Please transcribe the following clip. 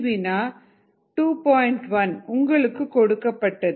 1 உங்களுக்கு கொடுக்கப்பட்டது